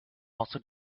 also